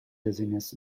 dizziness